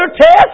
test